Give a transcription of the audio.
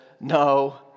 no